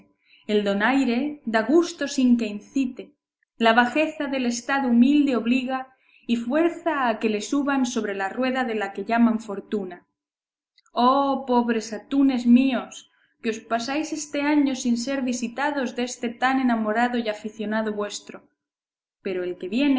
el donaire da gusto sin que incite la bajeza del estado humilde obliga y fuerza a que le suban sobre la rueda de la que llaman fortuna oh pobres atunes míos que os pasáis este año sin ser visitados deste tan enamorado y aficionado vuestro pero el que viene